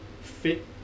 fit